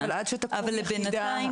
אבל בינתיים,